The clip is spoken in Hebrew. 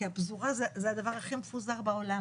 כי הפזורה זה הדבר הכי מפוזר בעולם